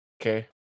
Okay